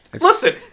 Listen